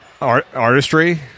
artistry